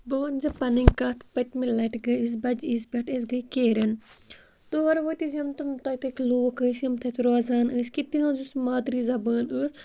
بہٕ وَنہٕ زِ پَنٕنۍ کَتھ پٔتۍمہِ لَٹہِ گٔے أسۍ بَجہِ عیٖز پٮ۪ٹھ أسۍ گٔے کیرٮ۪ن تور وٲتۍ أسۍ یِم تِم تَتِکۍ لوٗکھ ٲسۍ یِم تَتہِ روزان ٲسۍ کہِ تِہٕنٛز یُس مادری زَبان ٲس